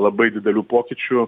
labai didelių pokyčių